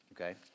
Okay